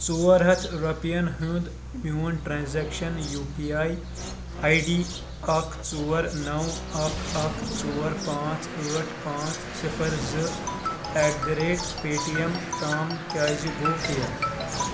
ژورہَتھ رۄپِیَن ہُنٛد میون transaction UPI ID اکھ ژور نَو اکھ اکھ ژور پانٛژھ ٲٹھ پانٛژھ صفر زٟ at the rate Paytm تام کیٛازِ گوٚو فیل